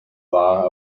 law